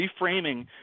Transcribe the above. reframing